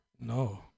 no